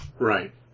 Right